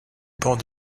pont